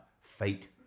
fate